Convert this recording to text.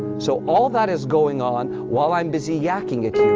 so all that is going on, while i'm busy yacking at you.